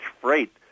freight